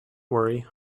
worry